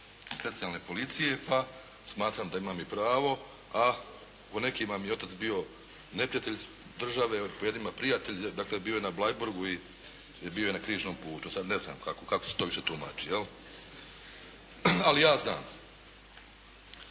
Specijalne policije, pa smatram da imam i pravo. A po nekima mi je otac bio neprijatelj države, po jednima prijatelj. Dakle, bio je na Bleiburgu i bio je na Križnom putu. Sad ne znam kako, kako se to više tumači. Ali ja znam.